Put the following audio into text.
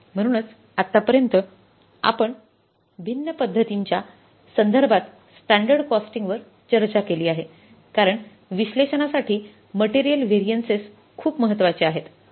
म्हणूनच आतापर्यंत आपण भिन्न पध्दतींच्या संदर्भात स्टँडर्ड कॉस्टिंगवर चर्चा केली आहे कारण विश्लेषणासाठी मटेरियल व्हेरिएन्सेस खूप महत्वाचे आहेत